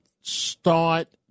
start